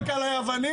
תזרוק עלי אבנים.